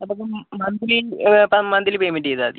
അതപ്പം monthly monthly payment ചെയ്താൽ മതി